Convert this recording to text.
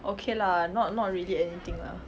okay lah not not really anything lah